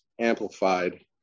amplified